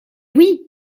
oui